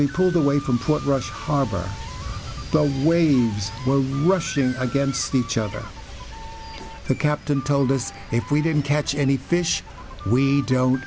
we pulled away from port rush harbor the waves were rushing against each other the captain told us if we didn't catch any fish we don't